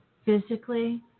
physically